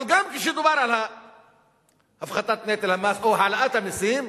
אבל גם כשדובר על הפחתת נטל המס, או העלאת המסים,